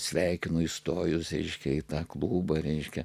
sveikinu įstojus aiškiai tą baubą reiškia